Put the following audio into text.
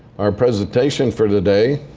our presentation for today,